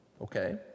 Okay